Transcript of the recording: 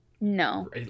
No